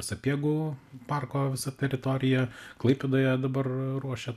sapiegų parko visa teritorija klaipėdoje dabar ruošia